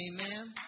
Amen